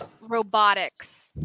robotics